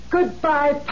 Goodbye